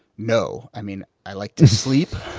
no. i mean, i like to sleep.